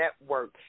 Network